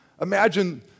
Imagine